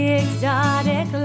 exotic